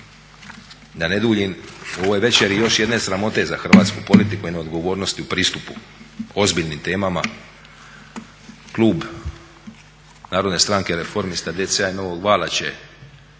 Da ne duljim ovo je večer još jedne sramote za hrvatsku politiku i neodgovornosti u pristupu ozbiljnim temama klub Narodne stranke reformista, DC-a i Novog vala će